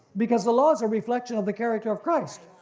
because the laws of reflection of the character of christ,